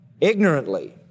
ignorantly